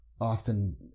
often